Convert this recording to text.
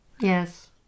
yes